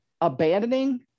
abandoning